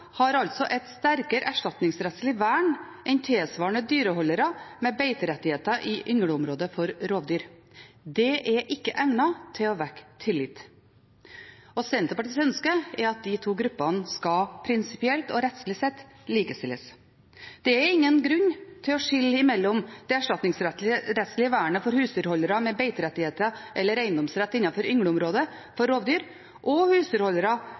har altså et sterkere erstatningsrettslig vern enn tilsvarende dyreholdere med beiterettigheter i yngleområdet for rovdyr. Det er ikke egnet til å vekke tillit. Senterpartiets ønske er at de to gruppene prinsipielt og rettslig sett likestilles. Det er ingen grunn til å skille mellom det erstatningsrettslige vernet for husdyrholdere med beiterettigheter eller eiendomsrett innenfor yngleområdet for rovdyr og husdyrholdere